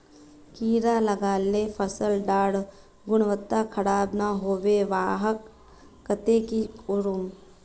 कीड़ा लगाले फसल डार गुणवत्ता खराब ना होबे वहार केते की करूम?